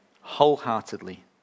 wholeheartedly